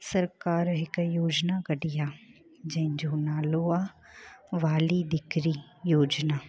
सरकारि हिकु योजिना कढी आहे जंहिंजो नालो आहे वाली दिकरी योजिना